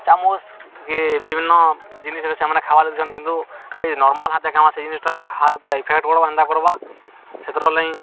ଚାମୁଚ୍ କି ବିଭିନ୍ନ ଜିନିଷ୍ରେ ସେମାନେ ଖାଇବା ଦେଉଚଛନ୍ତି କିନ୍ତୁ ଆମେ ନର୍ମାଲ୍ ହାତ ଦେଖାମା ସେଇ ଜିନିଷ୍ଟା ହାତ ଉପରେ ଇଫେକ୍ଟ କର୍ବା ହେନ୍ତା କର୍ବା ସେତେର୍ଲାଗି